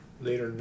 Later